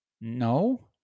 No